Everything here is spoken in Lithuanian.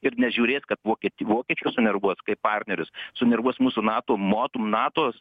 ir nežiūrės kad vokiet vokiečius sunervuos kaip partnerius sunervuos mūsų nato motum natos